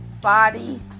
body